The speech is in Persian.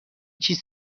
چیز